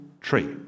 tree